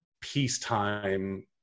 peacetime